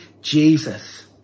Jesus